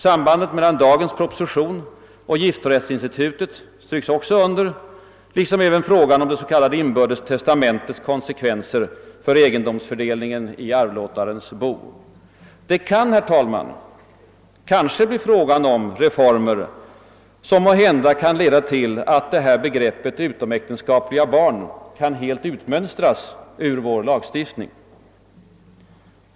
Sambandet mellan dagens proposition och giftorättsinstitutet stryks också under, liksom även frågan om det s.k. inbördes testamentets konsekvenser för egendomsfördelningen i arvlåtarens bo. Det kan, herr talman, bli fråga om reformer som måhända kan leda till att begreppet utomäktenskapliga barn kan helt utmönstras ur vår lagstiftning.